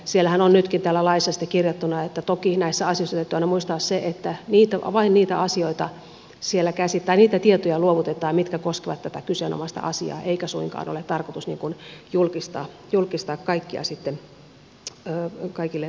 siellähän on nytkin täällä laissa sitten kirjattuna että toki näissä asioissa täytyy aina muistaa se että vain niitä tietoja luovutetaan mitkä koskevat tätä kyseenomaista asiaa eikä suinkaan ole tarkoitus julkistaa kaikkia sitten kaikille ryhmän jäsenille